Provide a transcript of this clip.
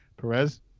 Perez